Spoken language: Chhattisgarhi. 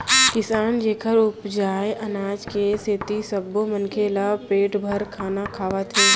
किसान जेखर उपजाए अनाज के सेती सब्बो मनखे ल पेट भर खाना खावत हे